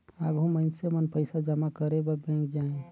आघु मइनसे मन पइसा जमा करे बर बेंक जाएं